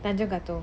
and you got to